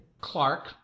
Clark